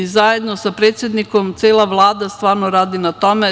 Zajedno sa predsednikom cela Vlada radi na tome.